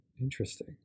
Interesting